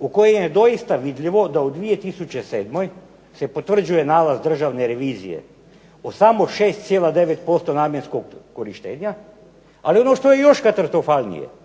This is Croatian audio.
u kojem je doista vidljivo da u 2007. se potvrđuje nalaz Državne revizije o samo 6,9% namjenskog korištenja. Ali ono što je još katastrofalnije.